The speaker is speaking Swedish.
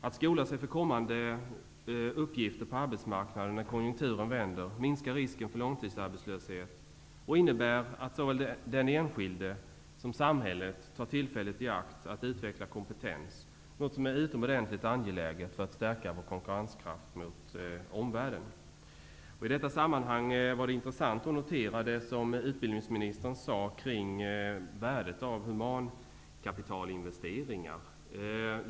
Att skola sig för kommande uppgifter på arbetsmarknaden när konjunkturen vänder minskar risken för långtidsarbetslöshet och innebär att såväl den enskilde som samhället tar tillfället i akt att utveckla kompetens. Det är något som är utomordentligt angeläget för att stärka vår konkurrenskraft mot omvärlden. I detta sammanhang var det intressant att notera det utbildningsministern sade om värdet av humankapitalinvesteringar.